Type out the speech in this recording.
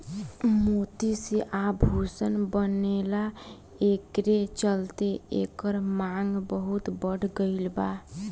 मोती से आभूषण बनेला एकरे चलते एकर मांग बहुत बढ़ गईल बा